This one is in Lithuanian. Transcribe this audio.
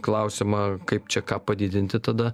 klausimą kaip čia ką padidinti tada